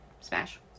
smash